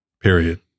Period